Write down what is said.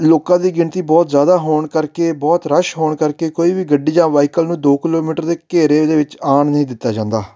ਲੋਕਾਂ ਦੀ ਗਿਣਤੀ ਬਹੁਤ ਜ਼ਿਆਦਾ ਹੋਣ ਕਰਕੇ ਬਹੁਤ ਰਸ਼ ਹੋਣ ਕਰਕੇ ਕੋਈ ਵੀ ਗੱਡੀ ਜਾਂ ਵਹੀਕਲ ਨੂੰ ਦੋ ਕਿਲੋਮੀਟਰ ਦੇ ਘੇਰੇ ਦੇ ਵਿੱਚ ਆਉਣ ਨਹੀਂ ਦਿੱਤਾ ਜਾਂਦਾ